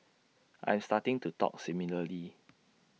I am starting to talk similarly